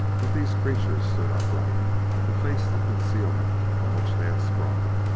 but these creatures stood upright to face the concealment from which they had sprung.